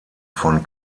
von